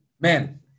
Man